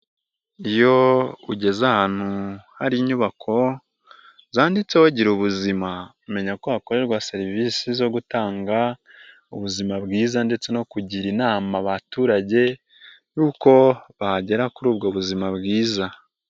Iyo ugeze ahantu hari inyubako zanditseho girubuzima, umenya ko hakorerwa serivisi zo gutanga ubuzima bwiza ndetse no kugira inama abaturage uko bahagera kuri ubwo buzima bwiza.